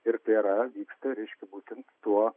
ir tai yra vyksta reiškia būtent tuo